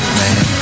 man